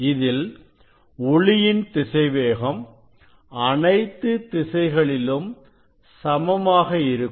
இதில் ஒளியின் திசைவேகம் அனைத்து திசைகளிலும் சமமாக இருக்கும்